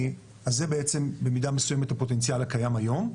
זה בעצם הפוטנציאל הקיים היום.